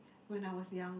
when I was young